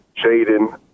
Jaden